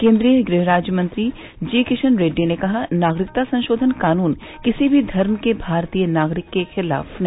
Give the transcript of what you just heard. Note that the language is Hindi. केंद्रीय गृह राज्य मंत्री जी किशन रेड्डी ने कहा नागरिकता संशोधन कानून किसी भी धर्म के भारतीय नागरिक के खिलाफ नहीं